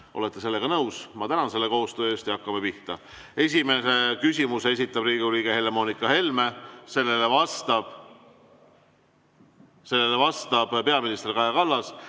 olete sellega nõus, siis ma tänan koostöö eest ja hakkame pihta. Esimese küsimuse esitab Riigikogu liige Helle-Moonika Helme, sellele vastab peaminister Kaja Kallas